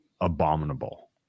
abominable